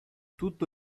tutto